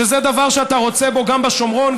שזה דבר שאתה רוצה בו גם בשומרון,